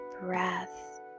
breath